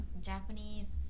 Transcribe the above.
Japanese